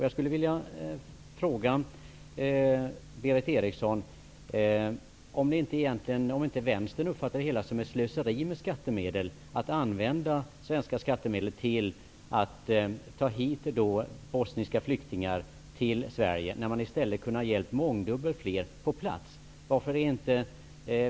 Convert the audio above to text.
Jag skulle vilja fråga Berith Eriksson om inte vänstern uppfattar det som ett slöseri med svenska skattemedel, att använda dem för att ta bosniska flyktingar till Sverige när man i stället kunde ha hjälpt mångdubbelt fler på plats.